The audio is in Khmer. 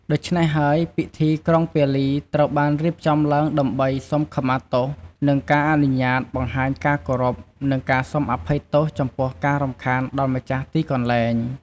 ដូច្នេះហើយ ពិធីក្រុងពាលី ត្រូវបានរៀបចំឡើងដើម្បី សុំខមាទោស និងការអនុញ្ញាត បង្ហាញការគោរព និងសុំការអភ័យទោសចំពោះការរំខានដល់ម្ចាស់ទីកន្លែង។